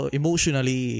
emotionally